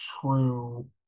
true